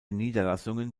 niederlassungen